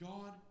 God